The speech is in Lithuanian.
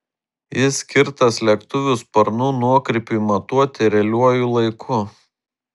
jis skirtas lėktuvų sparnų nuokrypiui matuoti realiuoju laiku